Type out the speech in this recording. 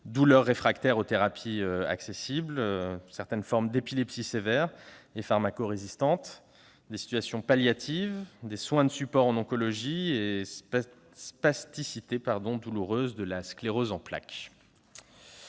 douleurs réfractaires aux thérapies accessibles, certaines formes d'épilepsie sévères et pharmacorésistantes, situations palliatives, soins de support en oncologie et spasticité douloureuse de la sclérose en plaques.